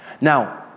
Now